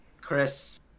Chris